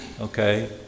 okay